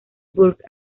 burke